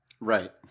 Right